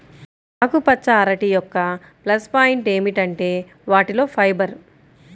ఆకుపచ్చ అరటి యొక్క ప్లస్ పాయింట్ ఏమిటంటే వాటిలో ఫైబర్